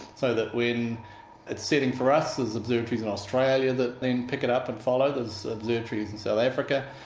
so that when it's setting for us there's observatories in australia that then pick it up and follow. there's observatories in south africa,